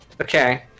Okay